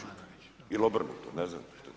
Ili obrnuto, ne znam.